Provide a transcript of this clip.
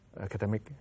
academic